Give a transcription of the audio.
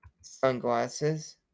sunglasses